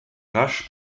rasch